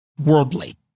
worldly